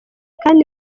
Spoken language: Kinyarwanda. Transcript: kandi